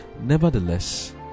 Nevertheless